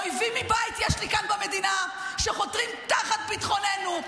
אויבים מבית יש לי כאן במדינה שחותרים תחת ביטחוננו,